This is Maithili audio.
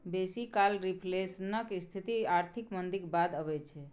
बेसी काल रिफ्लेशनक स्थिति आर्थिक मंदीक बाद अबै छै